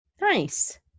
nice